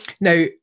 now